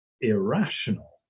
irrational